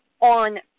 on